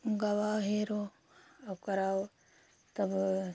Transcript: गवाह हेरो वो कराओ तब वो